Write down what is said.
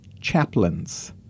chaplains